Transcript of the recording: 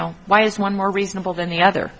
know why is one more reasonable than the other